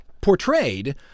portrayed